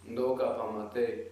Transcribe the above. daug ką pamatai